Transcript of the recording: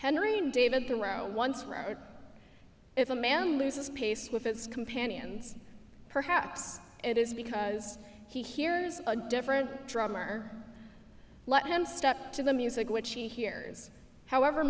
henry david thoreau once wrote if a man loses pace with its companions perhaps it is because he hears a different drummer let him step to the music which he hears however